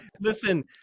Listen